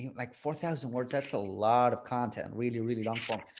like four thousand words that's a lot of content really, really awful.